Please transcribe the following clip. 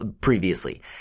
previously